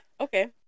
Okay